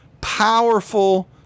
powerful